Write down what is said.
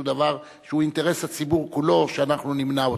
הוא דבר שאינטרס הציבור כולו הוא שאנחנו נמנע אותו.